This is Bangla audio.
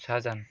সাহাজান